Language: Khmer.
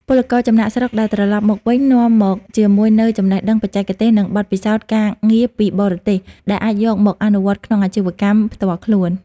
ពលករចំណាកស្រុកដែលត្រឡប់មកវិញ នាំមកជាមួយនូវ "ចំណេះដឹងបច្ចេកទេស" និងបទពិសោធន៍ការងារពីបរទេស ដែលអាចយកមកអនុវត្តក្នុងអាជីវកម្មផ្ទាល់ខ្លួន។